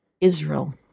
Israel